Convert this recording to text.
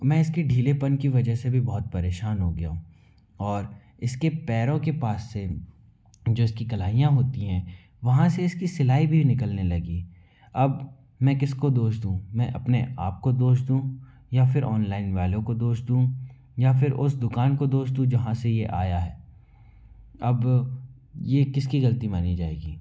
मैं इसके ढीलेपन की वजह से भी बहुत परेशान हो गया हूँ और इसके पैरों के पास से जो इसकी कलाइयाँ होती हैं वहाँ से इसकी सिलाई भी निकलने लगी अब मैं किसको दोष दूँ मैं अपने आप को दोष दूँ या फिर ऑनलाइन वालों को दोष दूँ या फिर उस दुकान को दोष दूँ जहाँ से ये आया है अब ये किसकी गलती मानी जाएगी